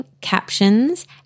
captions